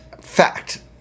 Fact